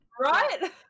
right